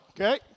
Okay